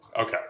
Okay